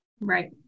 Right